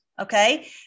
Okay